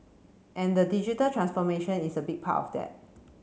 and the digital transformation is a big part of that